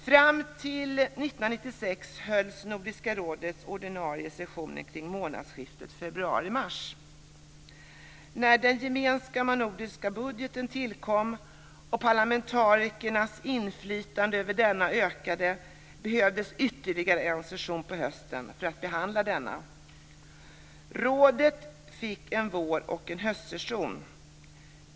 Fram till år 1996 hölls Nordiska rådets ordinarie sessioner kring månadsskiftet februari/mars. När den gemensamma nordiska budgeten tillkom och parlamentarikernas inflytande över denna ökade behövdes ytterligare en session på hösten för att behandla denna. Rådet fick en vår och en höstsession.